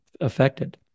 affected